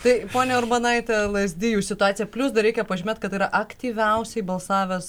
tai ponia urbonaite lazdijų situacija plius dar reikia pažymėt kad yra aktyviausiai balsavęs